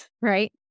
right